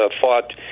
fought